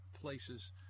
places